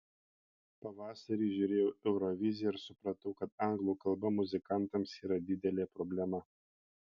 pavasarį žiūrėjau euroviziją ir supratau kad anglų kalba muzikantams yra didelė problema